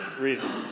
reasons